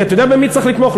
ואתה יודע במי צריך לתמוך?